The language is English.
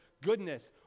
goodness